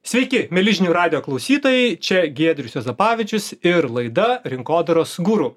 sveiki mieli žinių radijo klausytojai čia giedrius juozapavičius ir laida rinkodaros guru